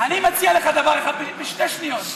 אני מציע לך דבר אחד, בשתי שניות: